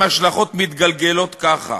עם השלכות מתגלגלות ככה.